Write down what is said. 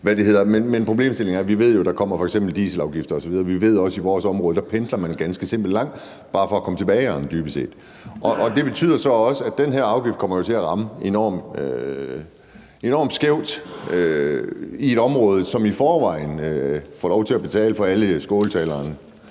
mener. Problemstillingen er, at vi jo ved, at der kommer f.eks. dieselafgifter osv., og vi ved også, at i vores område pendler man ganske simpelt langt – bare for at komme til bageren, dybest set. Det betyder så også, at den her afgift kommer til at ramme enormt skævt i et område, som i forvejen får lov til at betale for alle skåltalerne